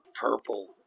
purple